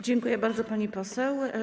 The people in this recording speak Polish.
Dziękuję bardzo, pani poseł.